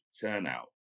turnout